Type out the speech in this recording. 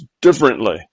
differently